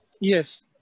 Yes